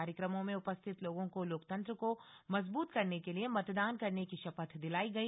कार्यक्रमों में उपस्थित लोगों को लोकतंत्र को मजबूत करने के लिए मतदान करने की शपथ दिलाई गई